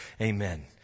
Amen